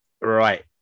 Right